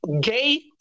gay